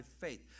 faith